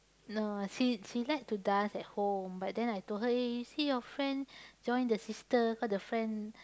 no she she like to dance at home but then I told her eh you see your friend join the sister cause the friend